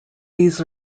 these